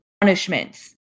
punishments